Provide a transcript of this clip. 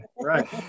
Right